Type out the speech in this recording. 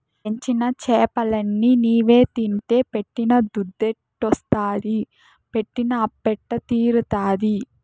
పెంచిన చేపలన్ని నీవే తింటే పెట్టిన దుద్దెట్టొస్తాది పెట్టిన అప్పెట్ట తీరతాది